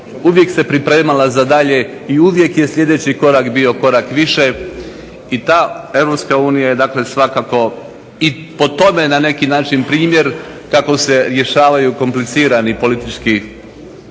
uvijek se pripremala za dalje i uvijek je sljedeći korak bio korak više i ta Europska unija je dakle svakako i po tome na neki način primjer kako se rješavaju komplicirani politički